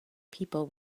people